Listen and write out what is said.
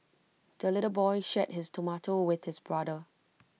the little boy shared his tomato with his brother